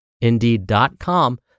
Indeed.com